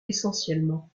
essentiellement